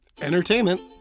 entertainment